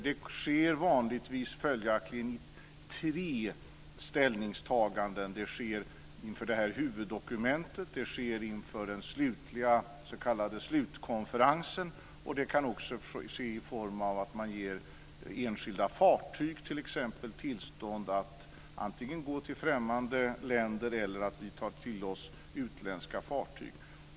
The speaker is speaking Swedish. Det sker vanligtvis följaktligen i tre ställningstaganden; det sker inför huvuddokumentet, det sker inför den slutliga s.k. slutkonferensen och det kan också ske i form av att man ger t.ex. enskilda fartyg tillstånd att gå till främmande länder. Vi kan ju också ta till oss utländska fartyg.